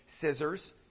scissors